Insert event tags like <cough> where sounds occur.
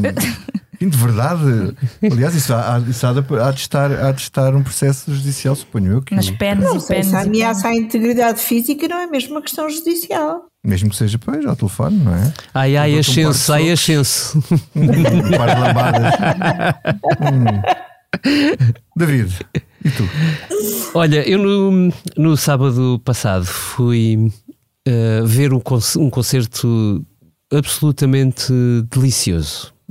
<laughs> Sim, de verdade. Aliás, isso há- há- isso há de- há de estar- há de estar um processo judicial, suponho eu, que- Mas penas e Não sei se penas a e ameaça penas. à integridade física não é mesmo uma questão judicial. Mesmo que seja, pois, ao telefone, não é? Ai, ai, Eu dou-te um par de ascenso, ai, socos. ascenso. Um par de lambadas. <laughs> <laughs> Hum. David, e tu? Olha, eu no- no sábado passado fui, eh, ver um conce- um concerto absolutamente delicioso.